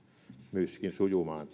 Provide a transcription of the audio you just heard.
myöskin sujumaan